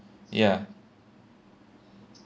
ya